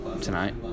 tonight